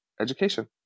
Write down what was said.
education